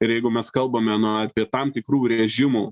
ir jeigu mes kalbame na apie tam tikrų režimų